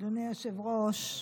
אדוני היושב-ראש,